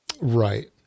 Right